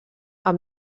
amb